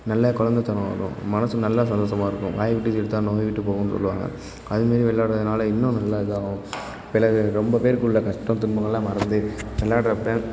நல்ல கொழந்தத்தனம் வரும் மனதும் நல்லா சந்தோஷமா இருக்கும் வாய் விட்டு சிரித்தால் நோய் விட்டுப் போகும்னு சொல்லுவாங்க அது மாரி விள்ளையாட்றதுனால இன்னும் நல்லா இதாகவும் பிறகு ரொம்பப் பேருக்கு உள்ள கஷ்டம் துன்பம்லெலாம் மறந்து விள்ளாட்றப்ப